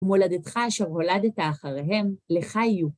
ומולדתך אשר הולדת אחריהם, לך יהיו.